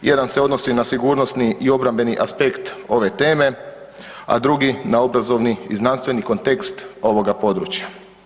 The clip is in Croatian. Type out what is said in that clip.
Jedan se odnosi na sigurnosni i obrambeni aspekt ove teme, a drugi na obrazovni i znanstveni kontekst ovoga područja.